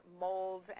mold